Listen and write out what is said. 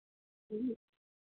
ह्म्म